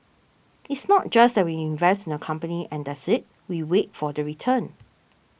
it's not just that we invest in the company and that's it we wait for the return